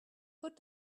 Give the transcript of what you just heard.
put